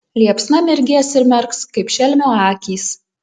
liepsna mirgės ir merks kaip šelmio akys